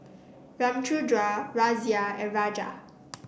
Ramchundra Razia and Raja